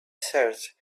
searched